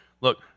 look